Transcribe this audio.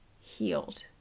healed